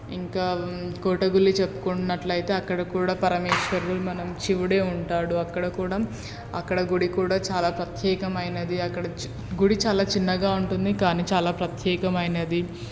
ఇంకా కోటగుళ్ళు చెప్పుకున్నట్లయితే అక్కడ కూడా పరమేశ్వరులు మన శివుడే ఉంటాడు అక్కడ కూడా అక్కడ గుడి కూడా చాలా పత్యేకమైనది అక్కడ గుడి చాలా చిన్నగా ఉంటుంది కానీ చాలా ప్రత్యేకమైనది